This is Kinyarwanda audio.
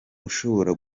ushobora